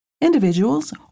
Individuals